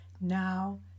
Now